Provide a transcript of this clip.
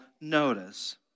notice